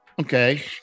Okay